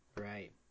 Right